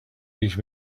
teach